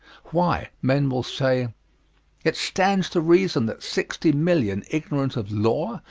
why men will say it stands to reason that sixty million ignorant of law,